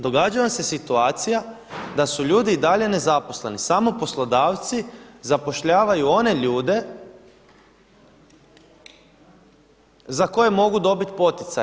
Događa vam se situacija da su ljudi i dalje nezaposleni, samo poslodavci zapošljavaju one ljude za koje mogu dobiti poticaje.